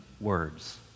words